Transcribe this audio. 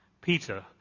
Peter